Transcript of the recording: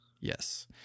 Yes